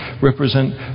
represent